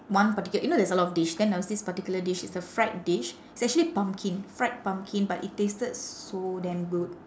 one particular you know there's a lot of dish then there was this particular dish it's a fried dish it's actually pumpkin fried pumpkin but it tasted so damn good